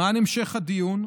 למען המשך הדיון,